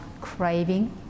craving